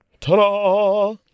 Ta-da